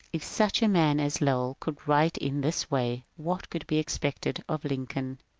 if such a man as lowell could write in this way, what could be expected of lincoln?